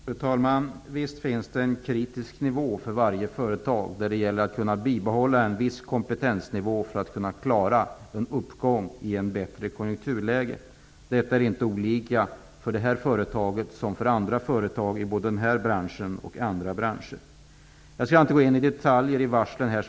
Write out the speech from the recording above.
Fru talman! Visst finns det en kritisk nivå för varje företag där det gäller att kunna bibehålla en viss kompetensnivå för att kunna klara en uppgång i ett bättre konjunkturläge. Där skiljer sig inte det här företaget från andra företag både i den här branschen och i andra branscher. Jag skall inte i detalj gå in på de varsel som har lagts.